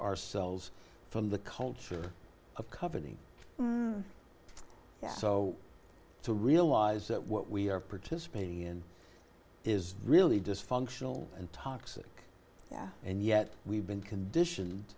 ourselves from the culture of coveting so to realize that what we are participating in is really dysfunctional and toxic yeah and yet we've been conditioned